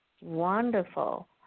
Wonderful